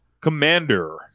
Commander